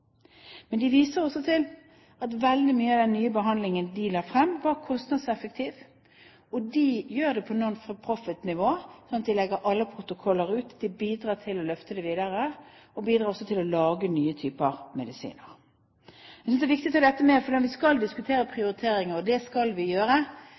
Men sykehuset viser også til at veldig mye av den nye behandlingen de la frem, var kostnadseffektiv. De gjør det på nonprofit-nivå og legger alle protokoller ut. Det bidrar til å løfte det videre og bidrar også til å lage nye typer medisiner. Jeg synes det er viktig å ta dette med, for når vi skal diskutere